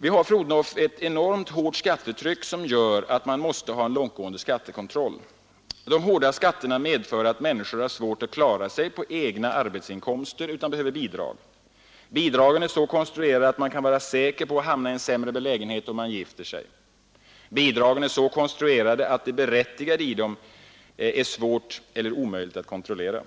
Vi har, fru Odhnoff, ett enormt hårt skattetryck som gör att man måste ha långtgående skattekontroll. De hårda skatterna medför att människor har svårt att klara sig på egna arbetsinkomster och behöver bidrag. Bidragen är så konstruerade att man kan vara säker på att hamna i en sämre belägenhet om man gifter sig. Bidragen är också så konstruerade att det berättigade i dem är svårt eller omöjligt att kontrollera.